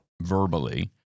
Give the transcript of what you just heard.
verbally